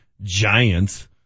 Giants